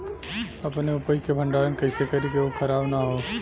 अपने उपज क भंडारन कइसे करीं कि उ खराब न हो?